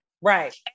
Right